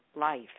life